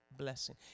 Blessing